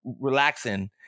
relaxing